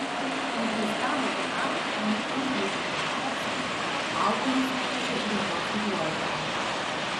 nuteistam magnatui michailui chodorkovskiui autorius nejaučia jokios užuojautos